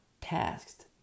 tasked